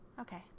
Okay